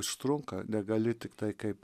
užtrunka negali tiktai kaip